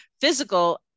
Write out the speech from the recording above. physical